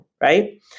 Right